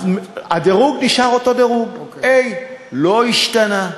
הדירוג נשאר אותו דירוג, A, הוא לא השתנה.